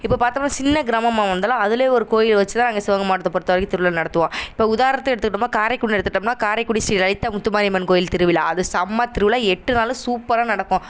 இப்போது பார்த்தோம்னா சின்ன கிராமமாக வந்தாலும் அதுலியே ஒரு கோயில் வச்சுதான் நாங்கள் சிவகங்கை மாவட்டத்தை பொறுத்த வரைக்கும் திருவிழா நடத்துவோம் இப்போது உதாரணத்துக்கு எடுத்துக்கிட்டோம்னால் காரைக்குடி எடுத்துக்கிட்டோம்னால் காரைக்குடி ஸ்ரீ லலிதா முத்துமாரி அம்மன் கோயில் திருவிழா அது செம்ம திருவிழா எட்டு நாளும் சூப்பராக நடக்கும்